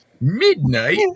Midnight